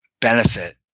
benefit